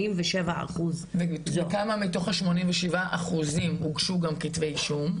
87%. וכמה מתוך ה-87% הוגשו גם כתבי אישום?